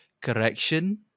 correction